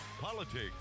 politics